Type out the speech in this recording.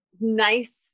nice